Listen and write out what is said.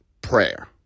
prayer